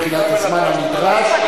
מבחינת הזמן הנדרש,